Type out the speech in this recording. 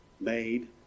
made